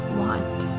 want